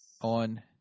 on